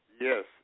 Yes